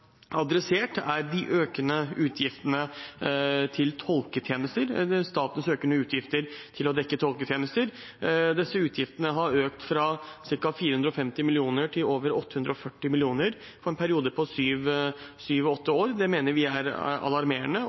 adressert, er statens økende utgifter til å dekke tolketjenester. Disse utgiftene har økt fra ca. 450 mill. kr til over 840 mill. kr over en periode på syv–åtte år. Det mener vi er alarmerende,